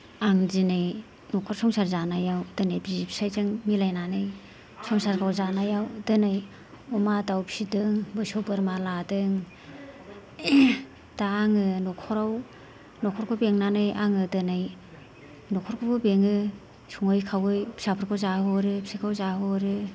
आं दिनै न'खर संसार जानायाव दिनै बिसि फिसायजों मिलायनानै संसारखौ जानायाव दिनै अमा दाउ फिसिदों मोसौ बोरमा लादों दा आङो न'खराव न'खरखौ बेंनानै आङो दिनै न'खरखौबो बेङो सङै खावै फिसाफोरखौ जाहोहरो फिसायखौ जाहोहरो